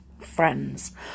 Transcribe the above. friends